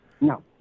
No